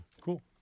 Cool